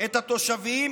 את התושבים,